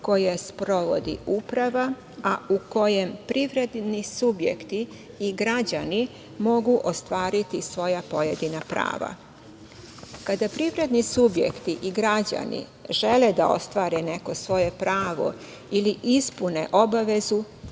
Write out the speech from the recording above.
koje sprovodi uprava, a u kojem privredni subjekti i građani mogu ostvariti svoja pojedina prava. Kada privredni subjekti i građani žele da ostvare neko svoje pravo ili ispune obavezu